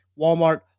walmart